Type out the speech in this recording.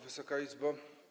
Wysoka Izbo!